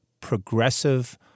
progressive